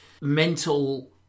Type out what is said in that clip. mental